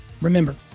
remember